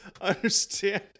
understand